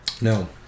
No